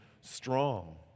strong